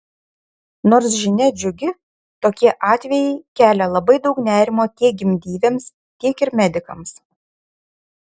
nors žinia džiugi tokie atvejai kelia labai daug nerimo tiek gimdyvėms tiek ir medikams